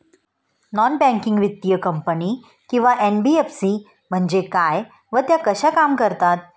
Non banking वित्तीय company किंवा NBFC म्हणजे काय व त्या कशा काम करतात?